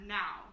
now